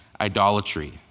idolatry